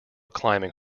climbing